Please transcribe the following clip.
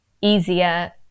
easier